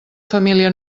família